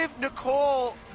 Nicole